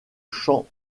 chant